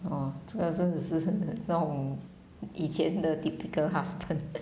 !wah! 这个真的是很那种以前的 typical husband